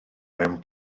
mewn